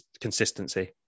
consistency